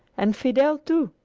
and fidel, too,